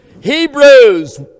Hebrews